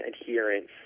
adherence